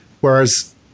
Whereas